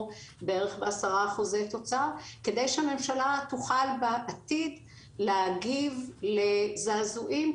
בערך ב-10% תוצר כדי שהממשלה תוכל להגיב בעתיד לזעזועים,